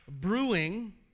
brewing